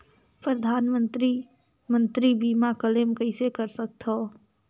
परधानमंतरी मंतरी बीमा क्लेम कइसे कर सकथव?